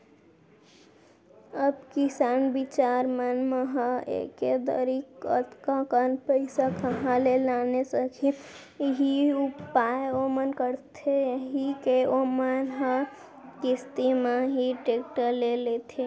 अब किसान बिचार मन ह एके दरी अतका कन पइसा काँहा ले लाने सकही उहीं पाय ओमन करथे यही के ओमन ह किस्ती म ही टेक्टर ल लेथे